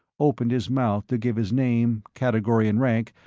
opened his mouth to give his name, category and rank,